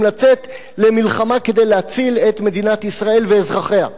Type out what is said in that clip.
לצאת למלחמה כדי להציל את מדינת ישראל ואזרחיה.